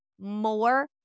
more